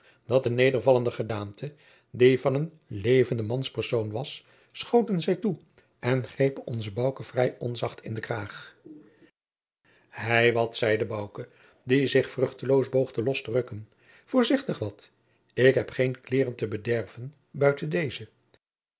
dat de nedervallende gedaante die van een levenden manspersoon was schoten zij toe en grepen onzen bouke vrij onzacht in de kraag hei hei wat zeide bouke die zich vruchteloos poogde los te rukken voorzichtig wat ik heb geen kleêren te bederven buiten deze